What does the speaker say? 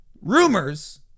Rumors